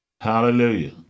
Hallelujah